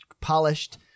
polished